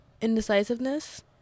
Indecisiveness